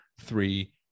three